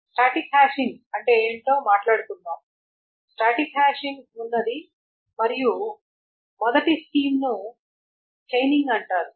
static hashing అంటే ఏమిటో మాట్లాడుకుందాం స్టాటిక్ హ్యాషింగ్ ఉన్నది మరియు అక్కడ మొదటి స్కీమ్ను చైనింగ్ అంటారు